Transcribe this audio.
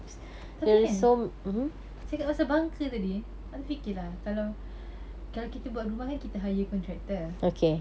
tapi kan cakap pasal bunker tadi angah terfikir lah kalau kalau kita buat rumah kan kita hire contractor